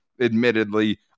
admittedly